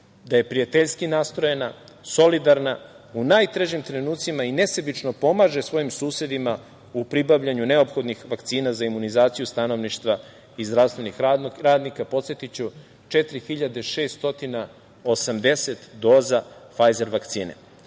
da je prijateljski nastrojena, solidarna, u najtežim trenucima i nesebično pomaže svojim susedima u pribavljanju neophodnih vakcina za imunizaciju stanovništva i zdravstvenih radnika, podsetiću, 4.680 doza Fajzer vakcine. Što